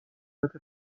صورت